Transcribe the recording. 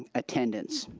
and attendance.